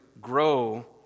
grow